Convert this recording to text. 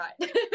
right